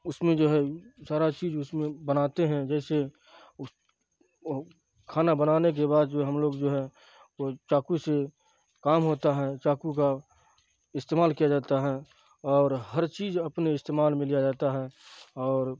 اس میں جو ہے سارا چیز اس میں بناتے ہیں جیسے کھانا بنانے کے بعد جو ہم لوگ جو ہے وہ چاقو سے کام ہوتا ہے چاقو کا استعمال کیا جاتا ہے اور ہر چیز اپنے استعمال میں لیا جاتا ہے اور